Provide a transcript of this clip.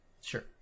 sure